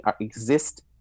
exist